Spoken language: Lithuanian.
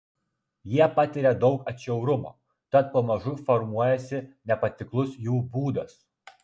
jie patiria daug atšiaurumo tad pamažu formuojasi nepatiklus jų būdas